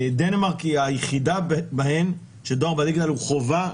דנמרק היא היחידה מהן שדואר בדיגיטל הוא חובה.